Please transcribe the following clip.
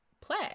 play